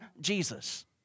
Jesus